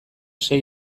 sei